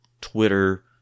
Twitter